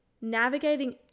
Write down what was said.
navigating